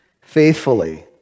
faithfully